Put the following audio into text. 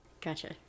Gotcha